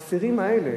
האסירים האלה